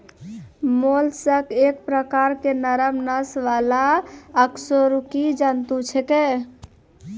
mollusc एक प्रकार के नरम नस वाला अकशेरुकी जंतु छेकै